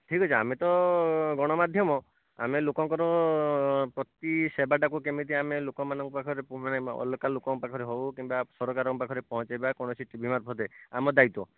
ଠିକ୍ ଅଛି ଆମେ ତ ଗଣମାଧ୍ୟମ ଆମେ ଲୋକଙ୍କର ପ୍ରତି ସେବାଟାକୁ କେମିତି ଆମେ ଲୋକମାନଙ୍କ ପାଖରେ ମାନେ ଅଲଗା ଲୋକଙ୍କ ପାଖରେ ହେଉ କିମ୍ବା ସରକାରଙ୍କ ପାଖରେ ପହଁଞ୍ଚାଇବା କୌଣସି ଟି ଭି ଆମ ଦାୟିତ୍ଵ